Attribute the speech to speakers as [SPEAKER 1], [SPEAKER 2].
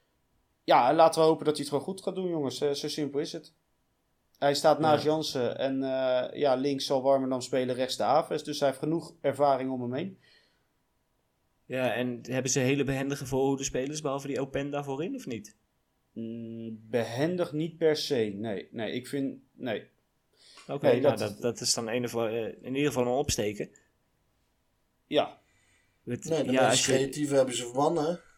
[SPEAKER 1] Ja, laten we hopen dat hij het gewoon goed gaat doen, jongens. Eh, zo simpel is het. Hij staat naast
[SPEAKER 2] Ja.
[SPEAKER 1] Jansen en, eh, ja, links zal Warmerdam spelen, rechts de Aves. Dus hij heeft genoeg ervaring om hem heen.
[SPEAKER 2] Ja, en hebben ze hele behendige voorhoedespelers, behalve die Openda, voorin, of niet?
[SPEAKER 1] Mm, behendig niet per se. Nee, nee, ik vind- nee.
[SPEAKER 2] Oké,
[SPEAKER 1] Nee,
[SPEAKER 2] nou,
[SPEAKER 1] dat-
[SPEAKER 2] dat- dat is dan in ieder geval, eh, in ieder geval een opsteker.
[SPEAKER 1] Ja.
[SPEAKER 2] Met-
[SPEAKER 3] Nee, de
[SPEAKER 2] ja,
[SPEAKER 3] meest
[SPEAKER 2] als je-
[SPEAKER 3] creatieve hebben ze verbannen.